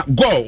go